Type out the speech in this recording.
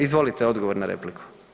Izvolite odgovor na repliku.